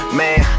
man